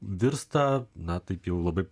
virsta na taip jau labai